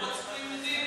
לא רצחו יהודים?